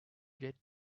get